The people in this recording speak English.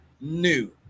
new